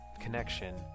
connection